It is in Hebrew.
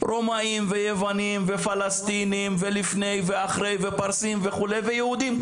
רומאים ויוונים ופלסטינים ולפני ואחרי ופרסים וכו' ויהודים,